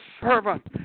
servant